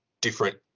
different